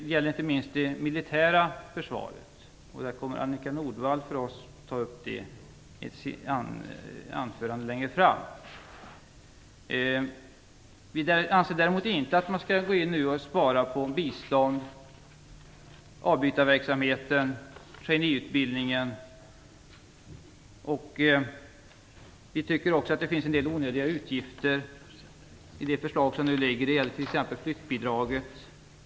Det gäller inte minst det militära försvaret. Annika Nordgren kommer att ta upp det i ett anförande längre fram. Vi anser däremot inte att man nu skall spara på bistånd, avbytarverksamheten eller traineeutbildningen. Vi tycker också att det finns en del onödiga utgifter i förslaget. Det gäller t.ex. flyttbidraget.